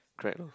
drag loh